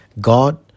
God